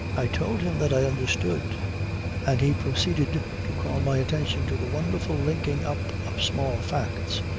i told him that i understood and he proceeded to call my attention to the wonderful linking up of small facts,